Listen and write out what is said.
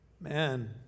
Man